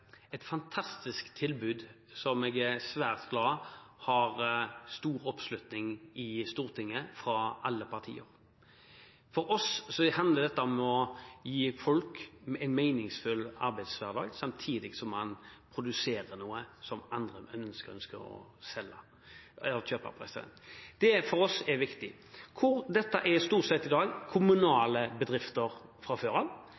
et fantastisk tilbud som jeg er svært glad for at har stor oppslutning fra alle partier i Stortinget. For oss handler dette om å gi folk en meningsfull arbeidshverdag, samtidig som man produserer noe som andre ønsker å kjøpe. Det er viktig for oss. Dette er i dag stort sett kommunale bedrifter fra før av.